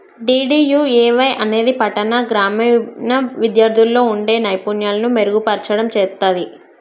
DDUAY అనేది పట్టాణ, గ్రామీణ విద్యార్థుల్లో వుండే నైపుణ్యాలను మెరుగుపర్చడం చేత్తది